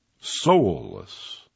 soulless